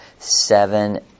Seven